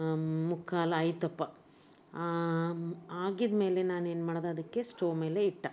ಮುಕ್ಕಾಲು ಆತಯಿಪ್ಪಾ ಆಗಿದ್ಮೇಲೆ ನಾನೇನು ಮಾಡಿದೆ ಅದಕ್ಕೆ ಸ್ಟವ್ ಮೇಲೆ ಇಟ್ಟು